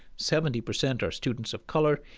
seventy percent are students of color,